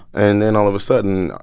and then all of a sudden,